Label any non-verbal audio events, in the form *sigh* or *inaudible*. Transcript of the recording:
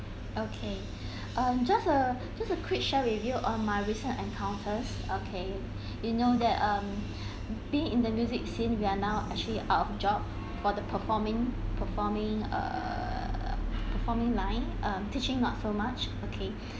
okay *breath* uh just ajust a quick share with you on my recent encounters okay *breath* you know that um *breath* being in the music scene we are now actually out of job for the performing performing err performing line um teaching not so much okay